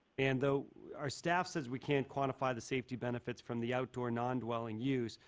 and though our staffs as we can quantify the safety benefits from the outdoor non-dwelling use,